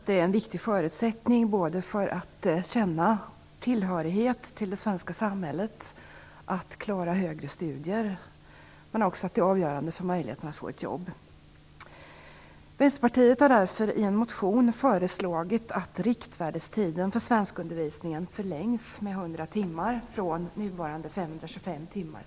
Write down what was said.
Det är en viktig förutsättning både för att de skall känna tillhörighet till det svenska samhället och för att de skall klara högre studier, och det är också avgörande för möjligheterna att få ett jobb. timmar.